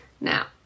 Now